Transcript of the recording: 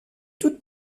toutes